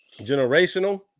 generational